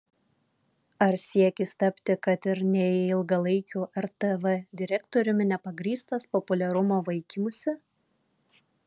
ar siekis tapti kad ir neilgalaikiu rtv direktoriumi nepagrįstas populiarumo vaikymusi